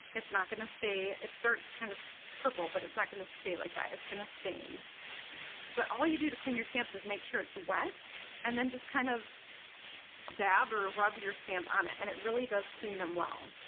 it's not going to stay it starts kind of purple, but it's not gonna stay like that, it's gonna stain but all you do to clean your stamps is make sure it's wet and then just kind of dab or rub your stamp on it and it really does clean them well.